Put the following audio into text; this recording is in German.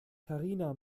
karina